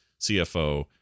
CFO